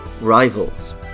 rivals